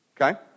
okay